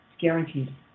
Guaranteed